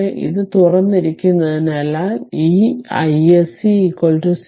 പക്ഷേ അത് തുറന്നിരിക്കുന്നതിനാൽ ഈ iSC 0 എങ്കിൽ